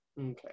okay